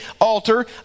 altar